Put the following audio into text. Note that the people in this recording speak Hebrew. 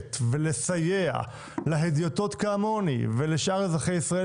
לפשט ולסייע להדיוטות כמוני ולשאר אזרחי ישראל